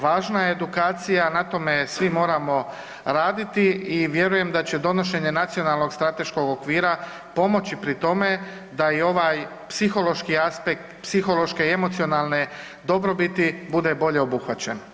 Važna je edukacija na tome svi moramo raditi i vjerujem da će donošenje nacionalnog strateškog okvira pomoći pri tome da i ovaj psihološki aspekt, psihološke i emocionalne dobrobiti bude bolje obuhvaćen.